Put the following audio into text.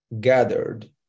gathered